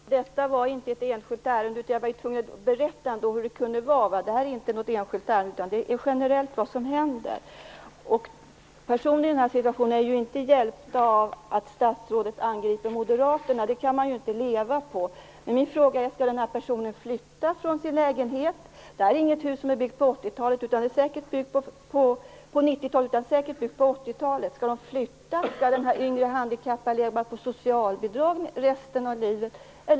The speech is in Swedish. Fru talman! Detta var inte ett enskilt ärende. Jag var ju tvungen att berätta hur det kan vara. Det här är inget enskilt ärende, utan det är vad som händer generellt. Personer i den här situationen är ju inte hjälpta av att statsrådet angriper Moderaterna. Det kan man inte leva på. Min fråga är: Skall den här personen flytta från sin lägenhet? Det här är nog inget hus som är bygget på 90-talet, utan det är säkert byggt på 80-talet. Skall den yngre handikappade personen flytta? Skall personen leva på socialbidrag resten av livet?